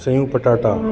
सयूं पटाटा